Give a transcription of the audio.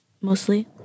mostly